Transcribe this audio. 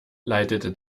leitete